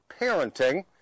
parenting